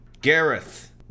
Gareth